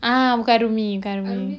ah bukan arumi bukan arumi